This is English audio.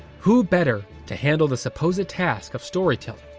who better to handle the supposed task of storytelling?